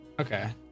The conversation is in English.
Okay